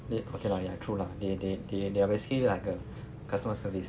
yeah okay lah ya true lah they they they they are basically like a customer service